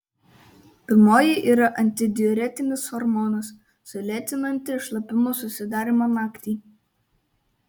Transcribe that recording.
pirmoji yra antidiuretinis hormonas sulėtinantis šlapimo susidarymą naktį